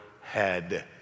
head